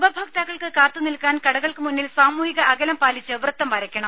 ഉപഭോക്താക്കൾക്ക് കാത്തുനിൽക്കാൻ കടകൾക്കു മുന്നിൽ സാമൂഹിക അകലം പാലിച്ച് വൃത്തം വരയ്ക്കണം